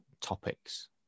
topics